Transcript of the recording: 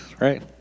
right